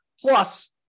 Plus